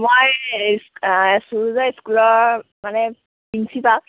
মই সুৰুজৰ স্কুলৰ মানে প্ৰিন্সিপাল